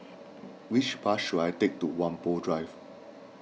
which bus should I take to Whampoa Drive